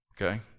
okay